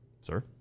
sir